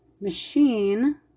machine